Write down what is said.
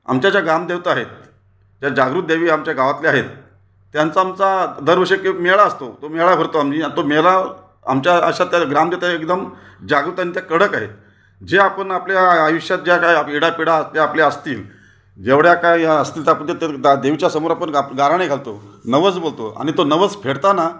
आमच्या ज्या ग्मरादेवता आहेत ज्या जागरूक देवी आमच्या गावातले आहेत त्यांचा आमचा दर वर्षी एक एक मेळावा असतो तो मेळाव भरतो आम्ही आणि तो मेळवा आमच्या अशा त्या ग्रामदेवता एकदम जागृत आणि त्या कडक आहेत जे आपण आपल्या आयुष्यात ज्या काय इडापीडा ज्या आपल्या असतील जेवढ्या काही ह्या असतील तर आपण तर दात देवीच्या समोर आपण गा गाऱ्हाणे घालतो नवस बोलतो आणि तो नवस फेडताना